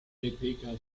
rebecca